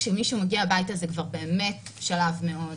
כשמישהו מגיע אליהם הביתה זה כבר באמת שלב מאוד